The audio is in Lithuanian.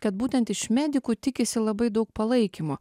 kad būtent iš medikų tikisi labai daug palaikymo